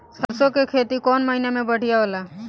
सरसों के खेती कौन महीना में बढ़िया होला?